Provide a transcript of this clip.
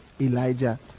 Elijah